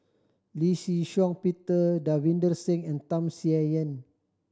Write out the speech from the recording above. Lee Shih Shiong Peter Davinder Singh and Tham Sien Yen